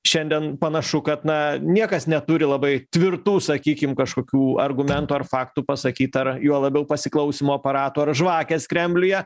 šiandien panašu kad na niekas neturi labai tvirtų sakykim kažkokių argumentų ar faktų pasakyt ar juo labiau pasiklausymo aparato ar žvakės kremliuje